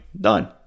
done